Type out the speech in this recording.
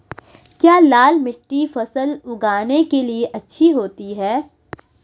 क्या लाल मिट्टी फसल उगाने के लिए अच्छी होती है?